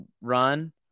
run